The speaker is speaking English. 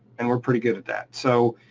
and we're pretty good at that, so